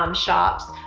um shops.